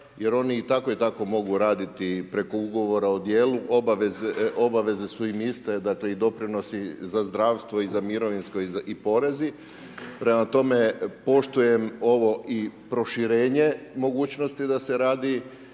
jer oni i tako i tako mogu raditi i preko ugovora o djelu, obaveze su im iste dakle i doprinosi za zdravstvo i za mirovinsko i porezi. Prema tome, poštujem ovo i proširenje mogućnosti da se radi,